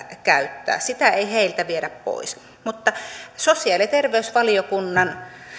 käyttää sitä ei heiltä viedä pois mutta sosiaali ja terveysvaliokunnan